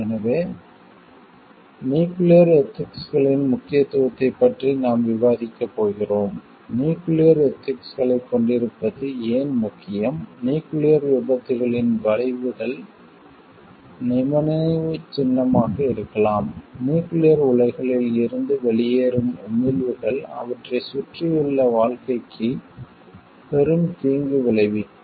எனவே நியூக்கிளியர் எதிக்ஸ்களின் முக்கியத்துவத்தைப் பற்றி நாம் விவாதிக்கப் போகிறோம் நியூக்கிளியர் எதிக்ஸ்களைக் கொண்டிருப்பது ஏன் முக்கியம் நியூக்கிளியர் விபத்துகளின் விளைவுகள் நினைவுச்சின்னமாக இருக்கலாம் நியூக்கிளியர் உலைகளில் இருந்து வெளியேறும் உமிழ்வுகள் அவற்றைச் சுற்றியுள்ள வாழ்க்கைக்கு பெரும் தீங்கு விளைவிக்கும்